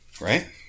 right